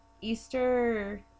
Easter